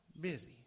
Busy